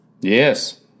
Yes